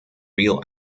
real